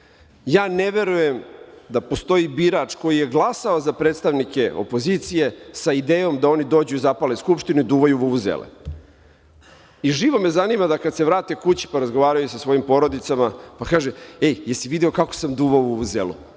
ne verujem da postoji birač koji je glasao za predstavnike opozicije sa idejom da oni dođu i zapale Skupštinu i duvaju u vuvuzele. Živo me zanima kada se vrate kući, pa razgovaraju sa svojim porodicama, pa kaže – e, jesi li video kako sam duvao u vuvuzelu,